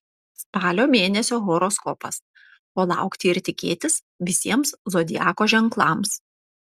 spalio mėnesio horoskopas ko laukti ir tikėtis visiems zodiako ženklams